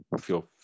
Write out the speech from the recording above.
feel